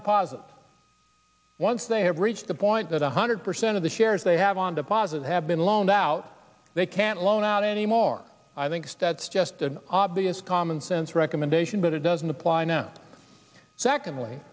the positive once they have reached the point that one hundred percent of the shares they have on deposit have been loaned out they can't loan out anymore i thinks that's just an obvious common sense recommendation but it doesn't apply now and secondly